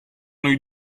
noi